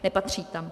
Nepatří tam.